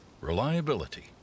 reliability